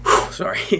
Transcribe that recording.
sorry